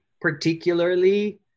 particularly